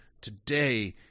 today